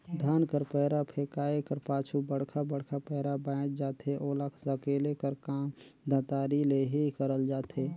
धान कर पैरा फेकाए कर पाछू बड़खा बड़खा पैरा बाएच जाथे ओला सकेले कर काम दँतारी ले ही करल जाथे